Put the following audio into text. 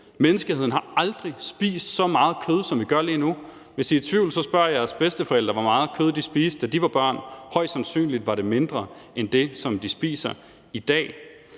menneskeheden har aldrig spist så meget kød, som vi gør lige nu. Hvis I er i tvivl, så spørg jeres bedsteforældre, hvor meget kød de spiste, da de var børn. Højst sandsynligt var det mindre end det, som vi spiser i dag.